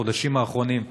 בחודשים האחרונים,